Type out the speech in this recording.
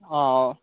অঁ